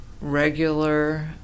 regular